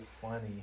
funny